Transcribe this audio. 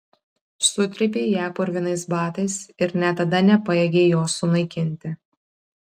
sutrypei ją purvinais batais ir net tada nepajėgei jos sunaikinti